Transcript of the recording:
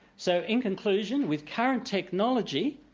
so in conclusion with current technology,